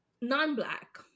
non-black